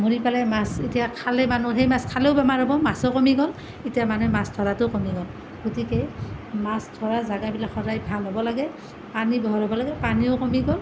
মৰি পেলাই মাছ এতিয়া খালে মানুহে সেই মাছ খালেও বেমাৰ হ'ব মাছো কমি গ'ল এতিয়া মানে মাছ ধৰাটোও কমি গ'ল গতিকে মাছ ধৰা জেগাবিলাক সদায় ভাল হ'ব লাগে পানী দ' হ'ব লাগে পানীও কমি গ'ল